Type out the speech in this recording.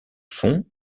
fond